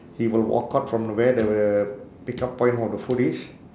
he will walk out from where the pickup point for the food is